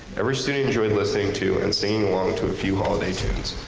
every student enjoyed listening to and singing along to a few holiday tunes.